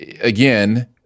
again